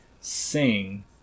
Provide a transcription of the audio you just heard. sing